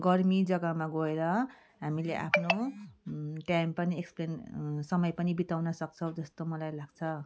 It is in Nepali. गर्मी जग्गामा गएर हामीले आफ्नो टाइम पनि एक्सपेन समय पनि बिताउन सक्छौँ जस्तो मलाई लाग्छ